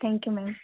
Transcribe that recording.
thank you ma'am